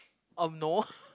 um no